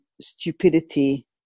stupidity